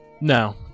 No